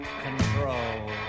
control